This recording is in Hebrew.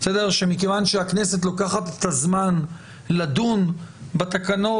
שמכיוון שהכנסת לוקחת את הזמן לדון בתקנות,